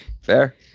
Fair